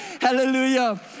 Hallelujah